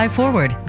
forward